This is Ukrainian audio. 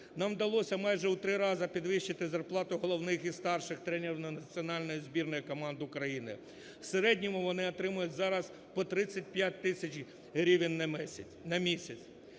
Нам вдалося майже в три рази підвищити зарплату головних і старших тренерів Національної збірної команди України, в середньому вони отримують зараз по 35 тисяч гривень на місяць.